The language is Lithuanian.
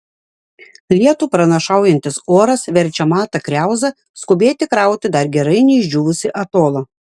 lietų pranašaujantis oras verčia matą kriauzą skubėti krauti dar gerai neišdžiūvusį atolą